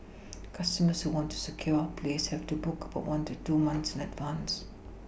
customers who want to secure a place have to book one to two months in advance